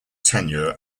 tenure